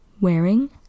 wearing